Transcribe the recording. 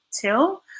Till